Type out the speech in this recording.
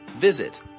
Visit